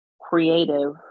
creative